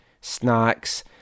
snacks